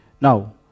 Now